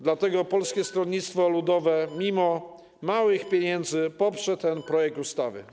Dlatego Polskie Stronnictwo Ludowe mimo małych kwot pieniędzy poprze ten projekt ustawy.